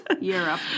Europe